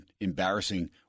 embarrassing